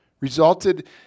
Resulted